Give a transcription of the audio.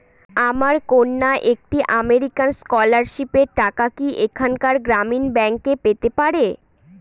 আমার কন্যা একটি আমেরিকান স্কলারশিপের টাকা কি এখানকার গ্রামীণ ব্যাংকে পেতে পারে?